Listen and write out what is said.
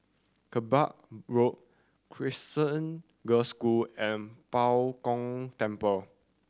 Kerbau Road Crescent Girls' School and Bao Gong Temple